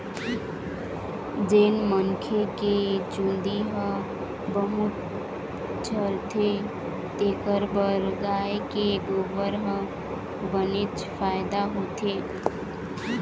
जेन मनखे के चूंदी ह बहुत झरथे तेखर बर गाय के गोरस ह बनेच फायदा होथे